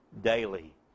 daily